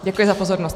Děkuji za pozornost.